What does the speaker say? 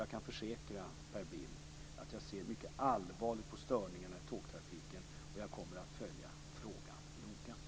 Jag kan försäkra Per Bill att jag ser mycket allvarligt på störningarna i tågtrafiken och att jag kommer att följa frågan noga.